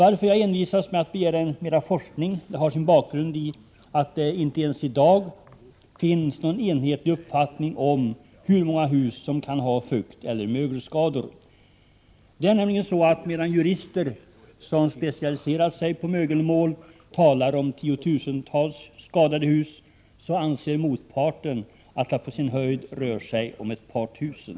Att jag envisats med att begära mera forskning har sin bakgrund i att det inte ens i dag finns någon enhetlig uppfattning om hur många hus som kan ha fukteller mögelskador. Det är nämligen så, att medan jurister som specialiserat sig på mögelmål talar om tiotusentals skadade hus, så anser motparten att det på sin höjd rör sig om ett par tusen.